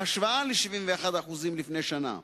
בהשוואה ל-71% לפני שנה.